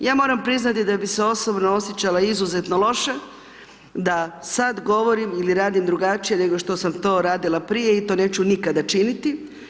Ja moram priznati da bi se osobno osjećala izuzetno loše, da sada govorim ili radim drugačije, nego što sam to radila prije i to neću nikada činiti.